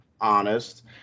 honest